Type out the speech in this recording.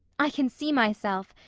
i can see myself,